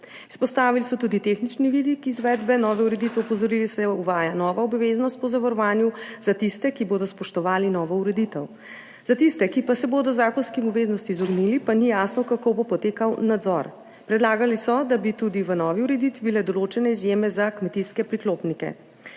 Izpostavili so tudi tehnični vidik izvedbe nove ureditve, opozorili, da se uvaja nova obveznost po zavarovanju za tiste, ki bodo spoštovali novo ureditev. Za tiste, ki pa se bodo zakonski obveznosti izognili, pa ni jasno, kako bo potekal nadzor. Predlagali so, da bi bile tudi v novi ureditvi določene izjeme za kmetijske priklopnike.